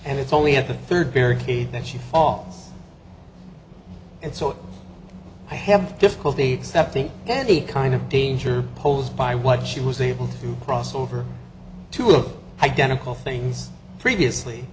and it's only at the third barricade that she fall and so i have difficulty accepting any kind of danger posed by what she was able to cross over to an identical things previously